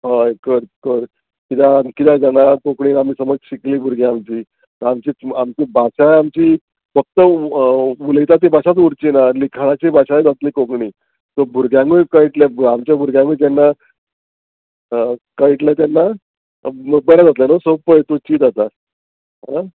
हय कर कर किद्या आम किद्या जाणा कोंकणीन आमी समज शिकली भुरग्यां आमची आमची आमची भाशा आमची फक्त उलयता ती भाशाच उरची ना लिखाणाची भाशाय जातली कोंकणी सो भुरग्यांकूय कयटलें आमच्या भुरग्यांकूय जेन्ना कयटलें तेन्ना बरें जातलें न्हू सो पय तूं चिंत आतां आं